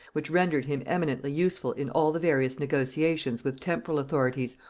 which rendered him eminently useful in all the various negotiations with temporal authorities,